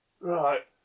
Right